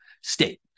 state